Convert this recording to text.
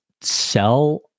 sell